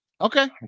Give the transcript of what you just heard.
Okay